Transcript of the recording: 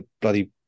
bloody